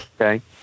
Okay